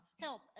help